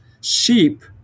Sheep